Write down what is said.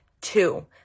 Two